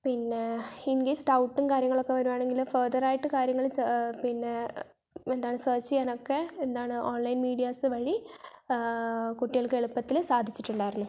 പിന്നെ in case ഡൗട്ടും കാര്യങ്ങളൊക്കെ വരികയാണെങ്കിൽ ഫേര്ദറായിട്ട് കാര്യങ്ങൾ പിന്നെ എന്താണ് സെര്ച്ച് ചെയ്യാന് ഒക്കെ എന്താണ് ഓണ്ലൈന് മീഡിയാസ്സ് വഴി കൂട്ടിക്കള്ക്ക് എളുപ്പത്തിൽ സാധിച്ചിട്ടുണ്ടായിയിരുന്നു